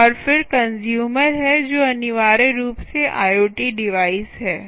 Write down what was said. और फिर कंस्यूमर हैं जो अनिवार्य रूप से IoT डिवाइस हैं